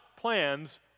plans